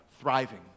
thriving